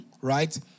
right